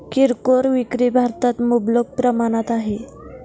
किरकोळ विक्री भारतात मुबलक प्रमाणात आहे